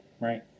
Right